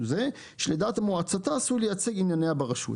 שלדעת מועצתה עשוי לייצג עניינה ברשות.